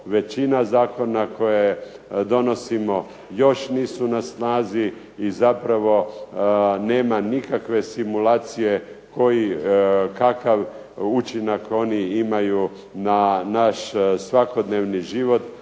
većina zakona koje donosimo još nisu na snazi i zapravo nema nikakve simulacije kakav učinak oni imaju na naš svakodnevni život,